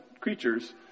creatures